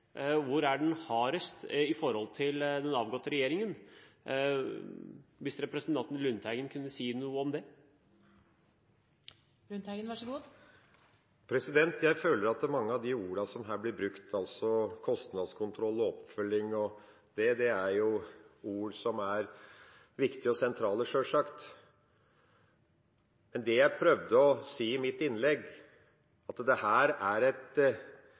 Hvor føler representanten Lundteigen at kritikken treffer best og hardest i forhold til den avgåtte regjeringen? Kunne representanten Lundteigen si noe om det? Jeg føler at mange av de ordene som her blir brukt, altså kostnadskontroll og oppfølging, er ord som sjølsagt er viktige og sentrale, men det jeg prøvde å si i mitt innlegg, er at dette er et